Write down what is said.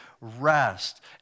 rest